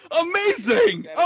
Amazing